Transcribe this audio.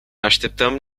așteptăm